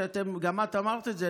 גם את אמרת את זה,